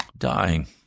dying